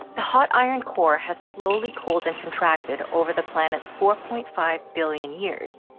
the hot iron core has slowly cooled and contracted over the planet's four point five billion years.